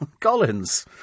Collins